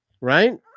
Right